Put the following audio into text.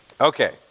Okay